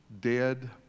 Dead